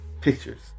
pictures